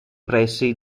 pressi